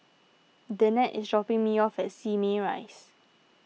Danette is dropping me off at Simei Rise